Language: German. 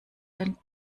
den